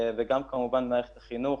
וגם כמובן מערכת החינוך,